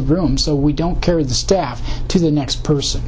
the room so we don't carry the staff to the next person